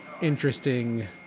interesting